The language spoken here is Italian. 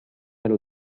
allo